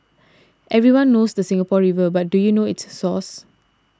everyone knows the Singapore River but do you know its source